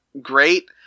great